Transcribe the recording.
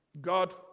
God